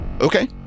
Okay